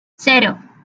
cero